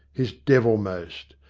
his devilmost.